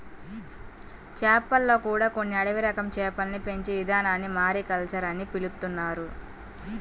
చేపల్లో కూడా కొన్ని అడవి రకం చేపల్ని పెంచే ఇదానాన్ని మారికల్చర్ అని పిలుత్తున్నారు